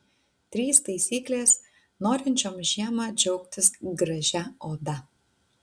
trys taisyklės norinčioms žiemą džiaugtis gražia oda